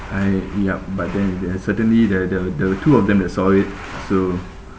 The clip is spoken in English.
I yup but then there are certainly there are there were there were two of them that saw it so